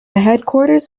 headquarters